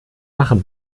machen